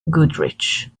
goodrich